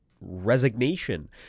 resignation